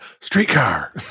streetcar